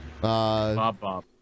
Bob-Bob